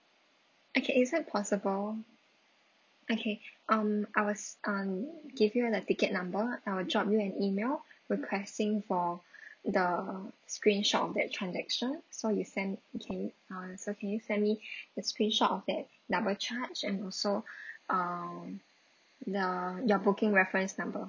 okay is it possible okay um I will um give you the ticket number I will drop you an email requesting for the screenshot of that transaction so you send okay uh it's okay send me the screenshot of that double charge and also um the your booking reference number